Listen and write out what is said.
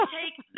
take